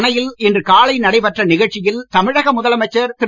அணையில் இன்று காலை நடைபெற்ற நிகழ்ச்சியில் தமிழக முதலமைச்சர் திரு